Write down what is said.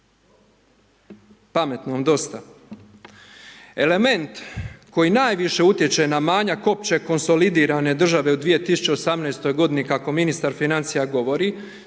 pametnom dosta. Element koji najviše utječe na manjak opće konsolidirane države u 2018. godini, kako ministar financija govori,